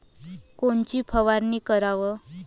कोनची फवारणी कराव?